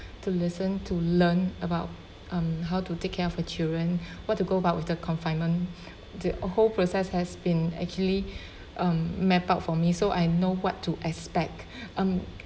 to listen to learn about um how to take care of the children what to go about with the confinement the whole process has been actually um mapped out for me so I know what to expect um